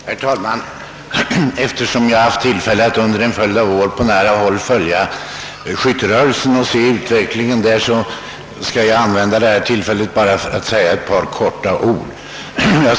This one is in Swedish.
Herr talman! Eftersom jag under en följd av år haft tillfälle att på nära håll följa skytterörelsen och utvecklingen inom denna, vill jag begagna detta tillfälle att säga några få ord.